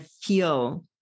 feel